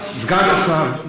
סגן השר,